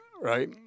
right